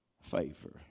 favor